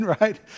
right